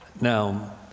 Now